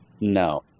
No